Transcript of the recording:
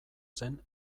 zen